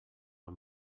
one